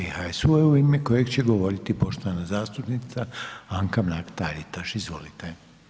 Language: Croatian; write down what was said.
i HSU-a u ime kojeg će govoriti poštovana zastupnica Anka Mrak Taritaš, izvolite.